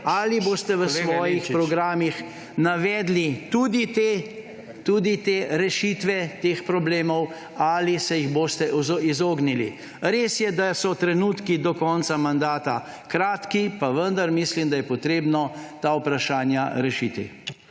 Ali boste v svojih programih navedli tudi rešitve teh problemov ali se jim boste izognili? Res je, da so trenutki do konca mandata kratki, pa vendar mislim, da je potrebno ta vprašanja rešiti.